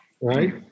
right